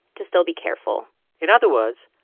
to still be careful in other words,